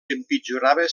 empitjorava